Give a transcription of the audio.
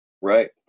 Right